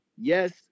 yes